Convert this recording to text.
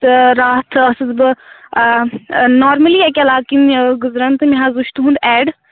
تہٕ راتھ ٲسٕس بہٕ نارمٔلی اَکہِ علاقہٕ کِنۍ گُزران تہٕ مےٚ حظ وُچھ تُہُنٛد ایڈ